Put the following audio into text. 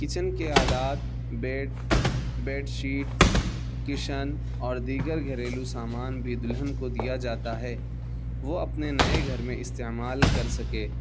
kitchen کے آلات bed bed sheet cushion اور دیگر گھریلو سامان بھی دلہن کو دیا جاتا ہے وہ اپنے نئے گھر میں استعمال کر سکے